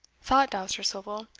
thought dousterswivel,